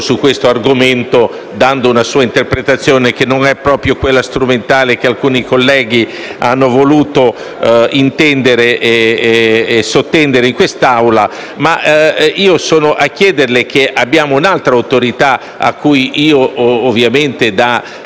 su questo argomento, dando una sua interpretazione che non è proprio uguale a quella strumentale che alcuni colleghi hanno voluto intendere e sottendere in quest'Aula. Signor Presidente, io sono a ricordarle che abbiamo un'altra autorità cui io, ovviamente da